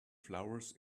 flowers